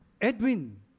Edwin